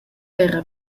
era